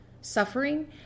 suffering